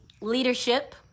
leadership